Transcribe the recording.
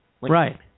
Right